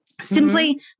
simply